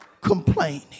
complaining